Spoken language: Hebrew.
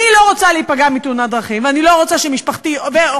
אני לא רוצה להיפגע מתאונת דרכים ואני לא רוצה שמשפחתי ו/או